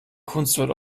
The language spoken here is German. kunstwort